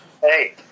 hey